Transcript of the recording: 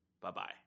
Bye-bye